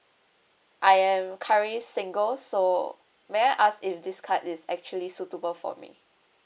I am currently single so may I ask if this card is actually suitable for me